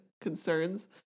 concerns